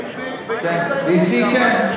הם באיחוד האירופי,